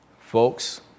Folks